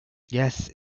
yes